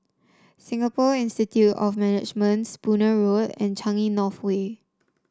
Singapore Institute of Management Spooner Road and Changi North Way